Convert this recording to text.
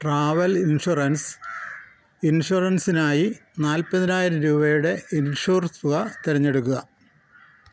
travel insurance ഇൻഷുറൻസിനായി നാൽപ്പത്തിനായിരം രൂപയുടെ ഇൻഷുർ തുക തിരഞ്ഞെടുക്കുക